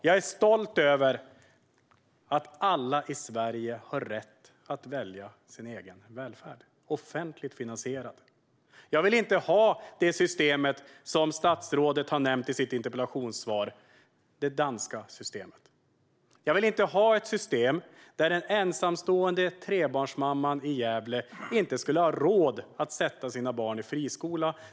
Jag är stolt över att alla i Sverige har rätt att välja sin egen offentligt finansierade välfärd. Jag vill inte ha det system som statsrådet nämnde i sitt interpellationssvar, nämligen det danska systemet. Jag vill inte ha ett system där en ensamstående trebarnsmamma i Gävle inte skulle ha råd att sätta sina barn i friskola.